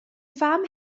fam